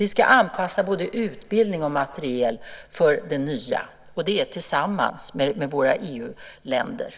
Vi ska anpassa både utbildning och materiel efter det nya, och det tillsammans med de andra EU-länderna.